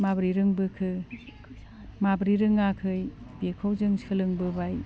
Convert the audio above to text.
माबोरै रोंबोखो माबोरै रोङाखै बेखौ जों सोलोंबोबाय